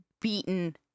beaten